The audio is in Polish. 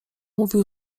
mówił